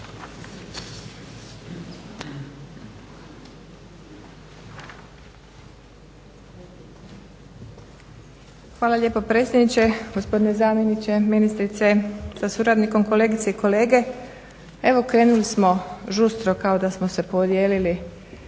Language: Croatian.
Hvala lijepo predsjedniče, gospodine zamjeniče, ministrice sa suradnikom, kolegice i kolege. Evo krenuli smo žustro kao da smo se podijelili